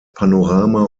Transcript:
panorama